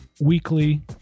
weekly